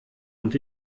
und